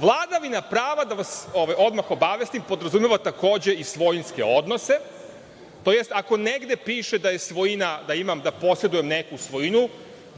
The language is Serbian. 23.Vladavina prava, da vas odmah obavestim, podrazumeva takođe i svojinske odnose, tj. ako negde piše da je svojina da imam, da posedujem neku svojinu,